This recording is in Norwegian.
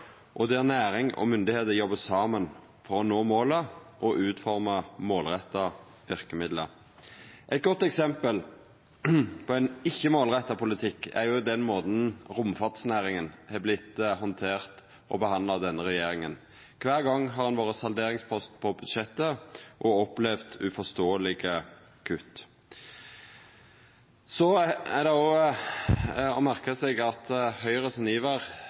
mineralnæringa, der næring og myndigheiter jobbar saman for å nå måla og å utforma målretta verkemiddel. Eit godt eksempel på ein ikkje-målretta politikk er den måten romfartsnæringa har vorte behandla på av denne regjeringa. Kvar gong har ho vore salderingspost på budsjettet og opplevd uforståelege kutt. Så må ein òg merka seg at Høgres iver